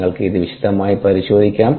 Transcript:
നിങ്ങൾക്ക് ഇത് വിശദമായി പരിശോധിക്കാം